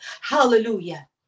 Hallelujah